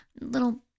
little